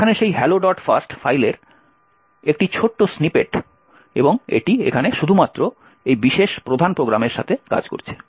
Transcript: এখানে সেই hellolst ফাইলের একটি ছোট্ট স্নিপেট এবং এটি এখানে শুধুমাত্র এই বিশেষ প্রধান প্রোগ্রামের সাথে কাজ করছে